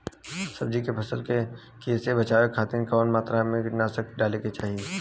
सब्जी के फसल के कियेसे बचाव खातिन कवन मात्रा में कीटनाशक डाले के चाही?